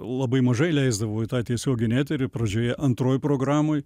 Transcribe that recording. labai mažai leisdavo į tą tiesioginį eterį pradžioje antroj programoj